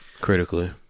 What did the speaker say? critically